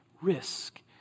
risk